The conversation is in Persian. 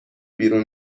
بیرون